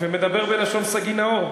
ומדבר בלשון סגי נהור.